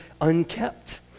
unkept